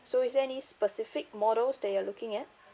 so is there any specific models that you're looking at